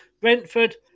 Brentford